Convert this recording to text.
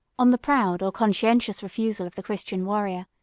on the proud or conscientious refusal of the christian warrior,